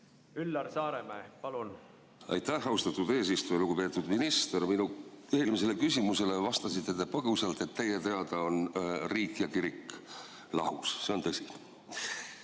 Üllar Saaremäe, palun! Aitäh, austatud eesistuja! Lugupeetud minister! Minu eelmisele küsimusele vastasite te põgusalt, et teie teada on riik ja kirik lahus. See on tõsi,